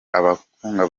abaganga